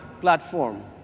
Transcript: platform